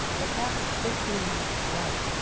the clock was fifteen minutes slow.